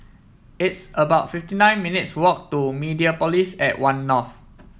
it's about fifty nine minutes' walk to Mediapolis at One North